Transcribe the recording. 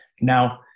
Now